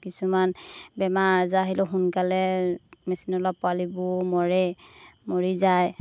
কিছুমান বেমাৰ আজাৰ আহিলেও সোনকালে মেচিনত ওলোৱা পোৱালিবোৰ মৰে মৰি যায়